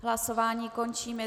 Hlasování končím.